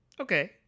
Okay